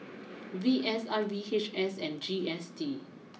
V S R V H S and G S T